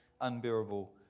unbearable